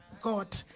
God